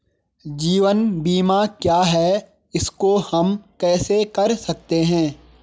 जीवन बीमा क्या है इसको हम कैसे कर सकते हैं?